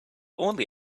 only